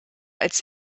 als